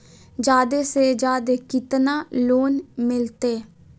जादे से जादे कितना लोन मिलते?